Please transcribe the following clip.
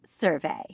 survey